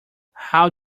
how